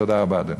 תודה רבה, אדוני.